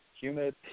humid